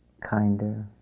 kinder